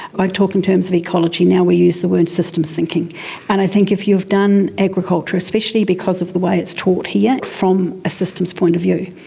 like talk in terms of ecology, now we use the word systems thinking. and i think if you've done agriculture, especially because of the way it is taught here from a systems point of view,